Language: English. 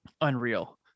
Unreal